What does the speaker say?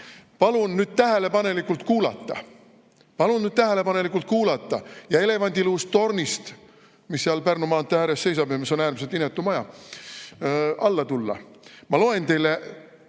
palun nüüd tähelepanelikult kuulata! Palun nüüd tähelepanelikult kuulata ja elevandiluust tornist, mis seal Pärnu maantee ääres seisab ja mis on äärmiselt inetu maja, alla tulla! Ma loen teile